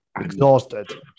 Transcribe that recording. exhausted